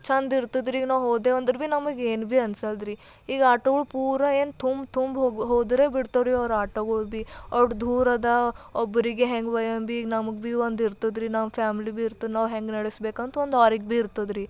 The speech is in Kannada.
ಚಂದ ಇರ್ತದೆ ರೀ ಈಗ ನಾವು ಹೋದೆವು ಅಂದ್ರೆ ಬಿ ನಮಗೆ ಏನು ಬಿ ಅನ್ಸಲ್ಲ ರೀ ಈಗ ಆಟೋಗಳು ಪೂರ ಏನು ತುಂಬಿ ತುಂಬಿ ಹೋಗಿ ಹೋದರೆ ಬಿಡ್ತವೆ ರೀ ಅವ್ರು ಆಟೋಗಳು ಬಿ ಅಷ್ಟ್ ದೂರ ಇದೆ ಒಬ್ಬರಿಗೆ ಹೆಂಗೆ ಒಯ್ಯಣ ಬಿ ಈಗ ನಮಗ್ ಬಿ ಒಂದು ಇರ್ತದೆ ರೀ ನಮ್ಮ ಫ್ಯಾಮ್ಲಿ ಬಿ ಇರ್ತದೆ ನಾವು ಹೆಂಗೆ ನಡಿಸ್ಬೇಕು ಅಂತಂದು ಅವ್ರಿಗೆ ಬಿ ಇರ್ತದೆ ರೀ